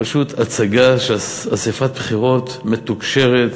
פשוט הצגה של אספת בחירות מתוקשרת,